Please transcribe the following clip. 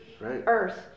earth